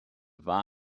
war